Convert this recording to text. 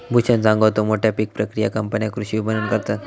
भूषण सांगा होतो, मोठ्या पीक प्रक्रिया कंपन्या कृषी विपणन करतत